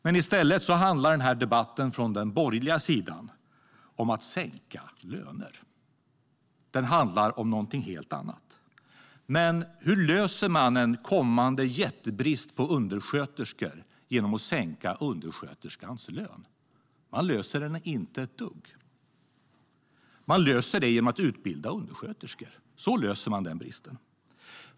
Men i stället handlar denna debatt från den borgerliga sidan om att sänka löner. Den handlar om någonting helt annat. Men hur löser man problemet med en kommande jättebrist på undersköterskor genom att sänka undersköterskans lön? Man löser det inte ett dugg. Man löser det genom att utbilda undersköterskor. Så löser man problemet med denna brist.